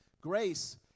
Grace